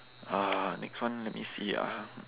uh next one let me see ah